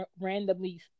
randomly